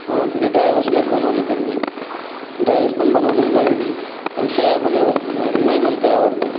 हां तिथे ड्रायवर्स नाहीत बनवले त्यांनी ड्रायव्हर्स पण बनवलेलं नाहीत आणि सेवा पण व्यवस्थित नाही मला ते आवडलं